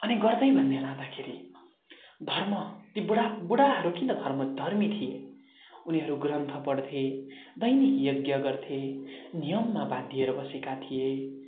अनि गर्दै भन्दै लाँदाखेरि धर्म ती बुढा बुढाहरू किन धर्म धर्मी थिए उनीहरू ग्रन्थ पढ्थे दैनिक यज्ञ गर्थे नियममा बाँधिएर बसेका थिए